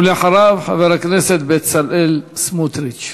ואחריו, חבר הכנסת בצלאל סמוטריץ.